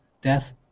death